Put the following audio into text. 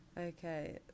Okay